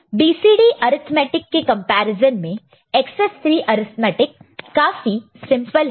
BCD arithmetic के comparison में excess 3 arithmetic काफी सिंपल है